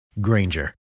Granger